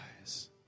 eyes